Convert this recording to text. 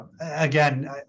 again